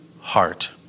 heart